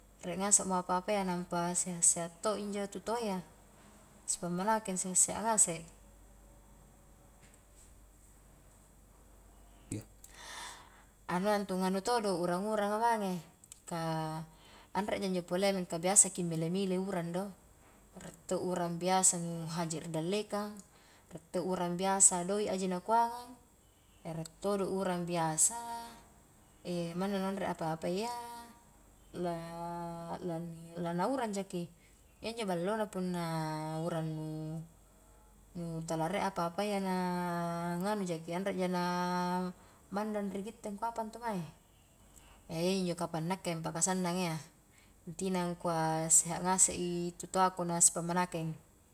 Riek ngasemo apa-apaya, nampa seha'-seha' to injo tutoa ya, sipammanakeng, seha-seha ngase, anua ntu nganu todo urang-uranga mange, mingka anreja injo polea mingka biasaki mile-mile urang do, riek to urang biasa nu haji ri dallekang, rie to urang biasa doik a ji nakuangang, riek todo urang biasa, manna anre apa-apa ya na-na urang jaki, iya injo ballona punna urang nu nu tala rie apa-apayya na nganu jaki anreja na mandang ri gitte angkua apa intu mae, iya ji injo kapang nakke paka sannang a iya, intina angkua seha ngase i tu toaku na sipammanakeng.